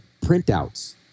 printouts